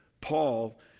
Paul